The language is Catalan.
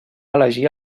elegir